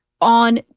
on